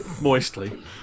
Moistly